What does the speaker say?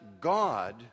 God